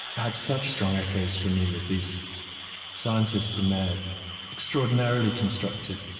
had such strong echoes, for me, with these scientists in their extraordinarily constructed,